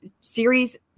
series